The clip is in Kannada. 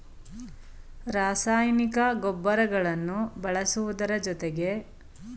ರಾಸಾಯನಿಕ ಗೊಬ್ಬರಗಳನ್ನು ಬಳಸುವುದರ ಜೊತೆಗೆ ಮಣ್ಣಿನ ಫಲವತ್ತತೆಯನ್ನು ಕಾಪಾಡಿಕೊಳ್ಳಬಹುದೇ?